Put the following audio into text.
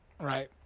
Right